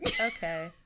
Okay